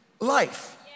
life